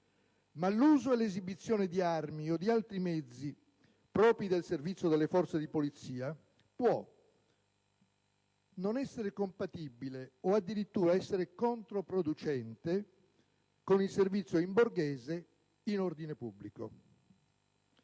L'uso e l'esibizione di armi o altri mezzi propri del servizio delle forze di polizia possono, però, non essere compatibili o, addirittura, essere controproducenti con il servizio in borghese in ordine pubblico.